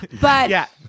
But-